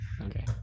Okay